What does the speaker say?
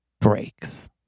breaks